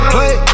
Play